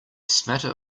smatter